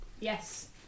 Yes